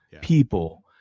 people